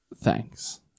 thanks